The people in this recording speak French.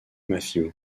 matthew